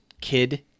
kid